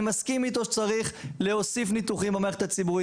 אני מסכים אתו שצריך להוסיף ניתוחים במערכת הציבורית